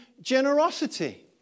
generosity